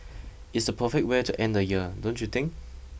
it's the perfect way to end the year don't you think